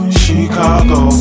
Chicago